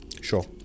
Sure